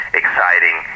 exciting